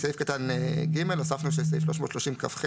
בסעיף קטן (ג) הוספנו שסעיף 330כח(א),